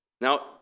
Now